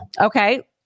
Okay